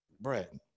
bread